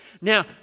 Now